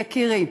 יקירי,